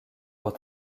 pour